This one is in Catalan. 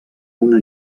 una